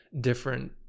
different